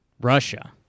Russia